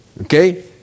Okay